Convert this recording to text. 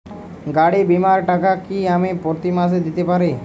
গাড়ী বীমার টাকা কি আমি প্রতি মাসে দিতে পারি?